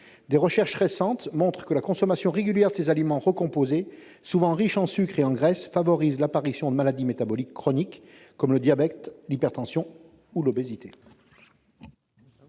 Des recherches récentes montrent que la consommation régulière de ces aliments recomposés, souvent riches en sucres et en graisses, favorise l'apparition de maladies métaboliques chroniques, comme le diabète, l'hypertension ou l'obésité.